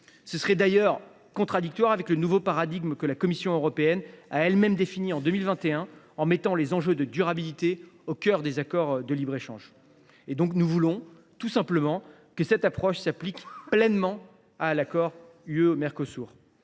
Ce serait d’ailleurs contradictoire avec le nouveau paradigme que la Commission européenne a elle même défini en 2021 en mettant les enjeux de durabilité au cœur des accords de libre échange. Nous voulons donc que cette approche s’applique pleinement à l’accord entre